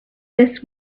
this